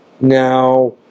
Now